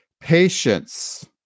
Patience